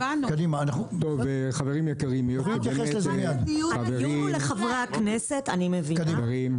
אני אגיב אחר כך בשמחה.